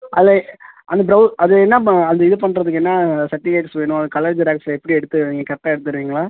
அதில் அந்த ப்ரொவ் அது என்ன ப அது இது பண்ணுறதுக்கு என்ன சர்டிஃபிகேட்ஸ் வேணும் கலர் ஜெராக்ஸ் எப்படி எடுத்து நீங்கள் கரெக்டாக எடுத்து தருவீங்களா